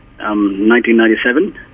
1997